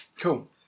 Cool